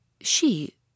She